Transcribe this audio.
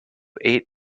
eight